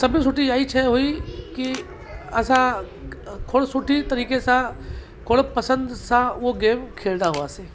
सभु सुठी इहा ई शइ हुई कि असां खोड़ सुठी तरीक़े सां खोड़ पसंदि सां उहो गेम खेॾींदा हुआसीं